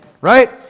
Right